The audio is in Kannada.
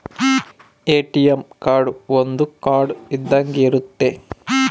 ಎ.ಟಿ.ಎಂ ಕಾರ್ಡ್ ಒಂದ್ ಕಾರ್ಡ್ ಇದ್ದಂಗೆ ಇರುತ್ತೆ